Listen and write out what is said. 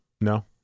No